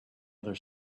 other